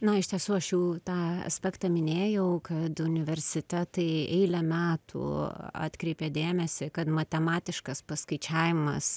na iš tiesų aš jau tą aspektą minėjau kad universitetai eilę metų atkreipia dėmesį kad matematiškas paskaičiavimas